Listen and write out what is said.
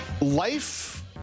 Life